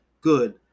good